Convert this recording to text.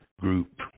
group